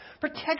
Protect